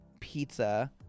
pizza